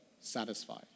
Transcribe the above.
satisfied